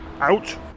Out